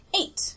Eight